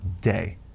day